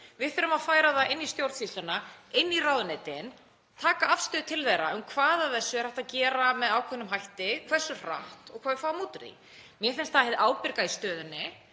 við þurfum að færa það inn í stjórnsýsluna, inn í ráðuneytin, taka afstöðu til þess hvað af þessu er hægt að gera með ákveðnum hætti, hversu hratt og hvað við fáum út úr því. Mér finnst það hið ábyrga í stöðunni.